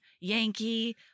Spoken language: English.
Yankee